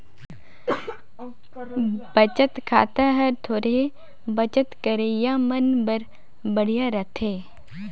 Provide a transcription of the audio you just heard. बचत खाता हर थोरहें बचत करइया मन बर बड़िहा रथे